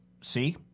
see